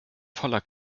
voller